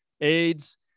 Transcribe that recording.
AIDS